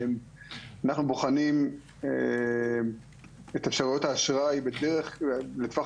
אנחנו בוחנים את אפשרויות האשראי לטווח